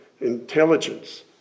intelligence